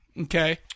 Okay